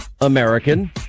american